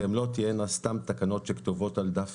והן לא תהיינה סתם תקנות שכתובות על דף